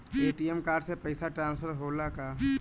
ATM card से पैसा transfer होला का?